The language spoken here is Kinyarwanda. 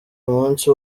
umunsi